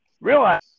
realize